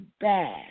bad